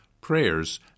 prayers